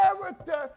character